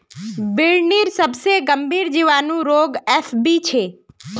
बिर्निर सबसे गंभीर जीवाणु रोग एफ.बी छे